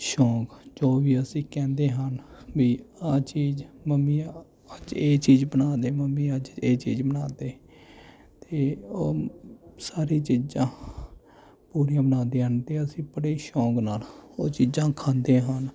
ਸ਼ੌਂਕ ਜੋ ਵੀ ਅਸੀਂ ਕਹਿੰਦੇ ਹਨ ਵੀ ਆਹ ਚੀਜ਼ ਮੰਮੀ ਅੱਜ ਇਹ ਚੀਜ਼ ਬਣਾ ਦੇ ਮੰਮੀ ਅੱਜ ਇਹ ਚੀਜ਼ ਬਣਾ ਦੇ ਅਤੇ ਸਾਰੀ ਚੀਜ਼ਾਂ ਪੂਰੀਆਂ ਬਣਾਉਂਦੇ ਹਨ ਅਤੇ ਅਸੀਂ ਬੜੇ ਸ਼ੌਂਕ ਨਾਲ਼ ਉਹ ਚੀਜ਼ਾਂ ਖਾਂਦੇ ਹਨ